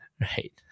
right